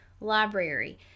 library